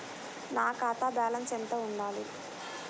నా ఖాతా బ్యాలెన్స్ ఎంత ఉండాలి?